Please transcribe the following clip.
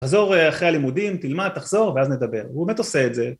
‫חזור אחרי הלימודים, תלמד, תחזור, ‫ואז נדבר. הוא באמת עושה את זה.